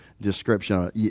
description